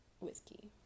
whiskey